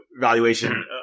valuation